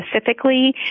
specifically